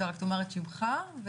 אני